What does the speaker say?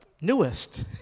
newest